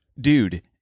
Dude